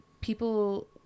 people